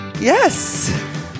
Yes